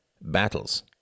battles